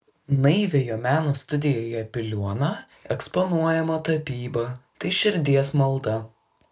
naiviojo meno studijoje piliuona eksponuojama tapyba tai širdies malda